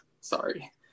sorry